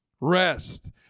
Rest